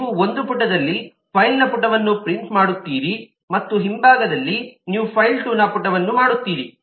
ನೀವು ಒಂದು ಪುಟದಲ್ಲಿ ಫೈಲ್1ನ ಪುಟವನ್ನು ಪ್ರಿಂಟ್ ಮಾಡುತ್ತೀರಿ ಮತ್ತು ಹಿಂಭಾಗದಲ್ಲಿ ನೀವು ಫೈಲ್2ನ ಪುಟವನ್ನು ಮಾಡುತ್ತೀರಿ